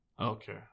Okay